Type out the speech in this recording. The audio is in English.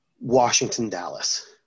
Washington-Dallas